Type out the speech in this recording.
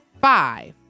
five